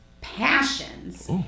Passions